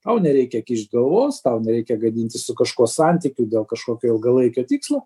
tau nereikia kišt galvos tau nereikia gadintis su kažkuo santykių dėl kažkokio ilgalaikio tikslo